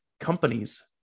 companies